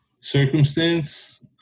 circumstance